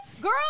girl